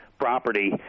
Property